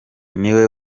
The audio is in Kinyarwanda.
niwe